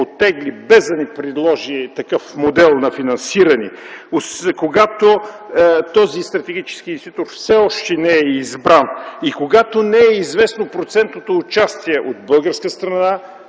оттегли, без да ни предложи такъв модел на финансиране, когато този стратегически инвеститор все още не е избран и когато не е известно процентното участие от българска страна,